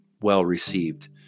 well-received